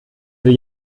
die